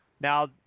now